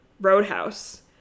Roadhouse